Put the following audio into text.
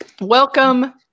welcome